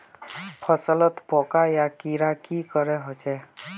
फसलोत पोका या कीड़ा की करे होचे?